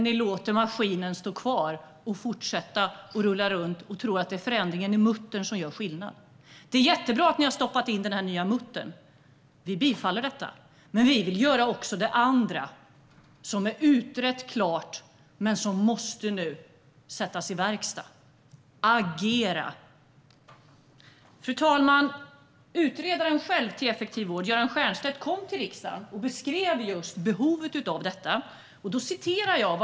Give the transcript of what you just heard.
Ni låter dock maskinen stå kvar och fortsätta att rulla runt, och ni tror att det är förändringen av muttern som gör skillnad. Det är jättebra att ni har stoppat in den här nya muttern - vi bifaller detta - men vi vill också göra det andra, som är utrett och klart men som nu måste sättas i verket. Vi vill agera. Fru talman! Utredaren bakom Effektiv vård , Göran Stiernstedt, kom själv till riksdagen och beskrev behovet av detta.